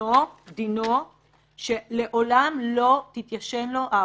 דינו שלעולם לא תתיישן לו ההרשעה.